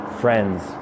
friends